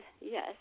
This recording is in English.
yes